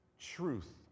truth